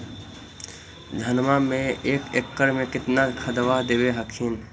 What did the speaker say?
धनमा मे एक एकड़ मे कितना खदबा दे हखिन?